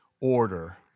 order